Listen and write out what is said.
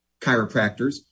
chiropractors